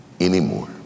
anymore